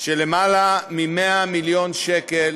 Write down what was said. של יותר מ-100 מיליון שקל